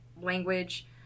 language